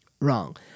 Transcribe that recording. wrong